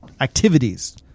activities